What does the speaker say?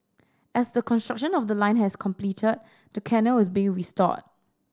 as the construction of the line has completed the canal is being restored